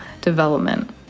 development